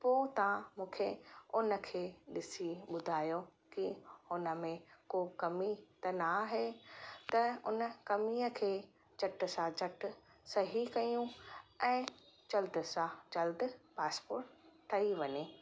पोइ तव्हां मूंखे उन खे ॾिसी ॿुधायो की उन में को कमी त न आहे त उन कमीअ खे झटि सां झटि सही कयूं ऐं जल्द सां जल्द पासपोट ठही वञे